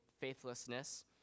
faithlessness